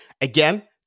Again